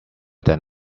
than